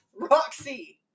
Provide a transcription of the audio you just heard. Roxy